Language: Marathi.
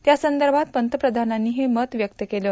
त्यासंदर्भात पंतप्रधानांनी हे मत ल्यक्त केलं